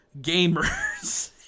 gamers